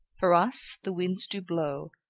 for us, the winds do blow,